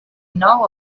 know